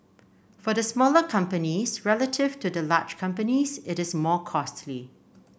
for the smaller companies relative to the large companies it is more costly